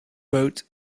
wrote